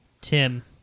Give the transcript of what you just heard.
Tim